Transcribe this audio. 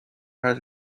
her